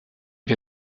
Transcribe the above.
wir